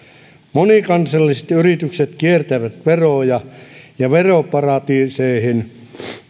monikansalliset yritykset kiertävät veroja ja veroparatiiseihin